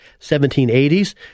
1780s